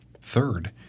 third